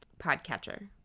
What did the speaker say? podcatcher